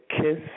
kiss